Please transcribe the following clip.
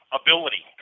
ability